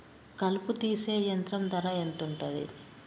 కలుపు తీసే యంత్రం ధర ఎంతుటది?